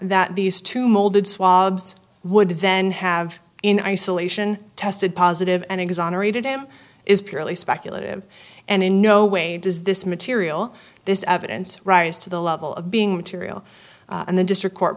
that these two molded swabs would then have in isolation tested positive and exonerated him is purely speculative and in no way does this material this evidence right is to the level of being material and the district court